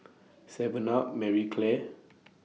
Seven up Marie Claire